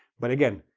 but, again,